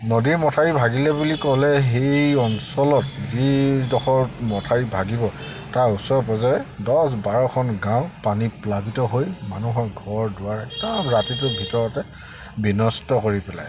নদীৰ মথাউৰি ভাগিলে বুলি ক'লে সেই অঞ্চলত যিডোখৰত মথাউৰি ভাগিব তাৰ ওচৰ পাজৰে দছ বাৰখন গাঁও পানী প্লাবিত হৈ মানুহৰ ঘৰ দুৱাৰ একদম ৰাতিটোৰ ভিতৰতে বিনষ্ট কৰি পেলায়